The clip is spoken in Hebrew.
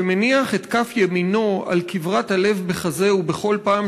שמניח את כף ימינו/ על כברת הלב בחזהו/ בכל פעם